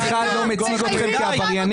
אף אחד לא מציג אתכם כעבריינים,